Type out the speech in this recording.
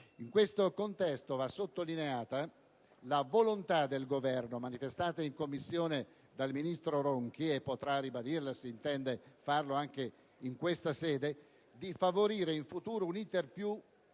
In questo contesto, va sottolineata la volontà del Governo, manifestata in Commissione dal ministro Ronchi (che potrà ribadirla, se intende farlo, anche in questa sede), di favorire in futuro un *iter* più rapido